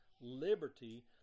liberty